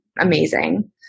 amazing